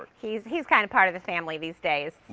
he's he's kind of part of the family these days.